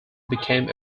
become